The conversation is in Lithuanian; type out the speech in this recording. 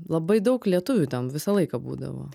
labai daug lietuvių ten visą laiką būdavo